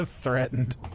threatened